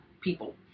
people